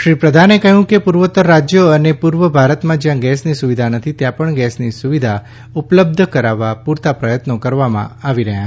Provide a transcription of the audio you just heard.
શ્રી પ્રધાને કહ્યું કે પૂર્વોત્તર રાજયો અને પૂર્વ ભારતમાં જયાં ગેસની સુવિધા નથી ત્યાં પણ ગેસની સુવિધા ઉપલબ્ધ કરાવવા પૂરતા પ્રયત્નો કરવામાં આવી રહ્યા છે